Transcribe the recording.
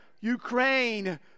Ukraine